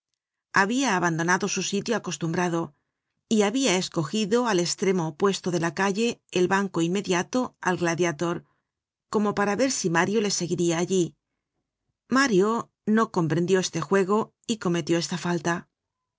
habia abandonado su sitio acostumbrado y habia escogido al estremo opuesto de la calle el banco inmediato al gladiador como para ver si mario le seguiria allí mario no comprendió este juego y cometió esta falta